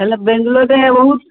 ହେଲେ ବେଙ୍ଗଲୋରରେ ବହୁତ